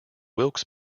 wilkes